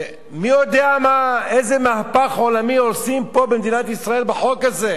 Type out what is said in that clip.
ומי יודע איזה מהפך עולמי עושים פה במדינת ישראל בחוק הזה.